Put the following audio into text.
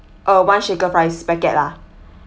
uh one shaker fries packet lah